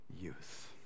youth